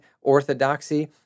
orthodoxy